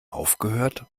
aufgehört